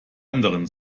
anderen